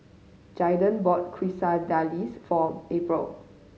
Jaeden bought Quesadillas for April